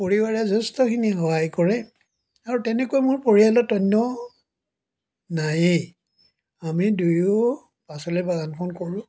পৰিবাৰে যথেষ্টখিনি সহায় কৰে আৰু তেনেকৈ মোৰ পৰিয়ালত অন্য নায়েই আমি দুয়ো পাচলি বাগানখন কৰোঁ